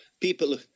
people